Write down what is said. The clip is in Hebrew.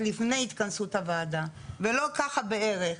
לפני התכנסות הוועדה ולא ככה בערך.